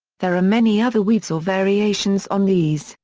there are many other weaves or variations on these,